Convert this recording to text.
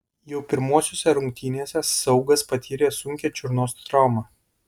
jau pirmosiose rungtynėse saugas patyrė sunkią čiurnos traumą